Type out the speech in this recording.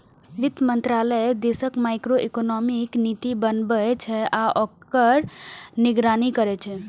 वित्त मंत्रालय देशक मैक्रोइकोनॉमिक नीति बनबै छै आ ओकर निगरानी करै छै